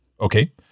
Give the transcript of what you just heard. Okay